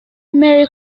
mary